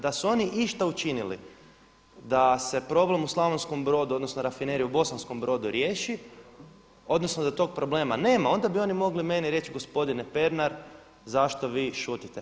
Da su oni išta učinili da se problem u Slavonskom Brodu, odnosno Rafinerije u Bosanskom Brodu riješi, odnosno da tog problema nema, onda bi oni mogli meni reći gospodine Pernar zašto vi šutite.